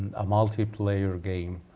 a multiplayer game.